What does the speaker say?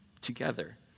together